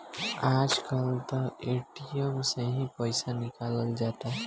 आज कल त ए.टी.एम से ही पईसा निकल जाता